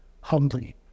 humbly